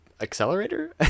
accelerator